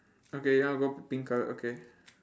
okay you wanna go for pink colour okay